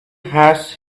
has